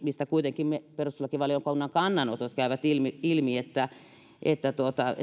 mistä kuitenkin ne perustuslakivaliokunnan kannanotot käyvät ilmi ilmi että että